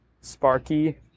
Sparky